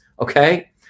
Okay